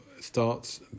starts